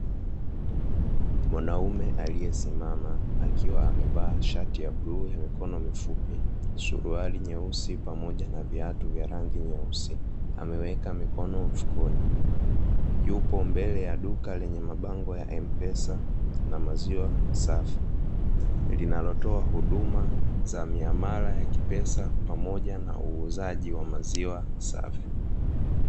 Mwanaume aliyesimama akiwa amevaa shati ya blue ya mikono mifupi, suruali nyeusi pamoja na viatu vya rangi nyeusi ameweka mikono mfukoni, yupo mbele ya duka lenye mabango ya M-Pesa na maziwa safi linalotoa huduma za mihamala ya kipesa pamoja na uuzaji wa maziwa safi.